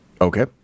Okay